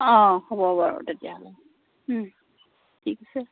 অঁ হ'ব বাৰু তেতিয়াহ'লে ঠিক আছে